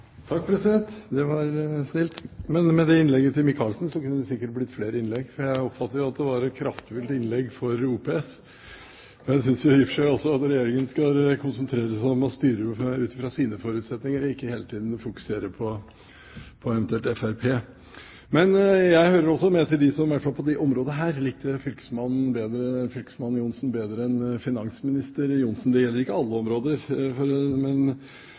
Takk, president. Det var snilt. Etter det innlegget til Micaelsen kunne det sikkert blitt flere innlegg, for jeg oppfatter jo at det var et kraftfullt innlegg for OPS. Det har vi ikke tid til! Jeg synes i og for seg også at Regjeringen skal konsentrere seg om å styre ut fra sine forutsetninger og ikke hele tiden fokusere på Fremskrittspartiet. Jeg hører også med til dem som i hvert fall på dette området liker fylkesmann Johnsen bedre enn finansminister Johnsen – det gjelder ikke alle områder.